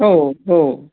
हो हो